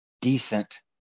decent